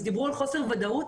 אז דיברו על חוסר ודאות.